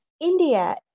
India